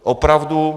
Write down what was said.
Opravdu.